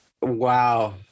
wow